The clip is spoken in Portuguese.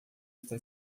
está